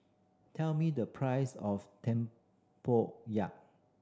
tell me the price of tempoyak